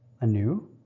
anew